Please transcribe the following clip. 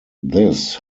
this